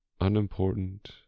unimportant